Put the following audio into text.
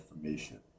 information